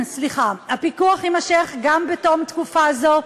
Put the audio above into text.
הפיקוח יימשך גם בתום תקופה זו.